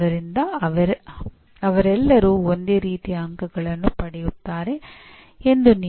ಆದ್ದರಿಂದ ನೀವು ಈಗ ಇಲ್ಲಿ ಆಬ್ಜೆಕ್ಟಿವ್ಸ್ಗಳನ್ನು ನೋಡುತ್ತಿರುವಿರಿ ಎಂದರ್ಥ